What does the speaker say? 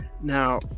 Now